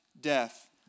death